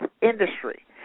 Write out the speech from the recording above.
industry